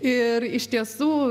ir iš tiesų